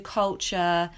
culture